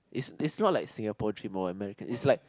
is is not like Singapore dream of America is like